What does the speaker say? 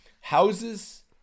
Houses